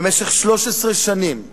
במשך 13 שנים,